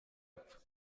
apfa